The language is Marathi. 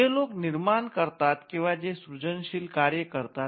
जे लोक निर्माण करतात किंवा जे सृजनशील कार्य करतात